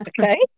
okay